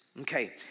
Okay